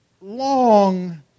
long